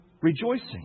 rejoicing